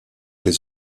les